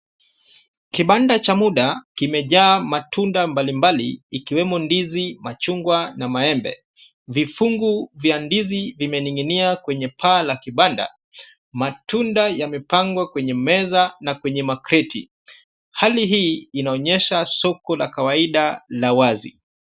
Kibanda cha muda kimejaa matunda mbalimbali, ikiwemo ndizi, machungwa na maembe. Vifungu vya ndizi vimening'inia kwenye paa la kibanda. Matunda yamepangwa kwenye meza na kwenye makreti Hali hii linaonyesha soko la kawaida la wazi.